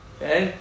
Okay